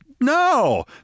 no